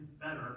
better